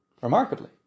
remarkably